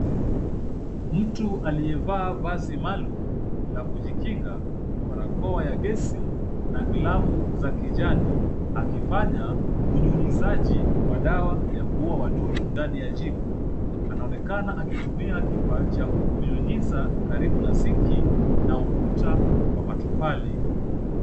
Mtu aliyevaa vazi maalumu ya kujikinga, barakoa ya gesi na glavu ya kijani, akifanya unyunyizaji wa dawa wa kuua wadudu ndani ya jiko. Anaonekana akitumia kifaa cha kunyunyiza karibu na sinki na ukuta wa matofali.